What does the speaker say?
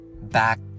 back